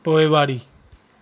पोइवारी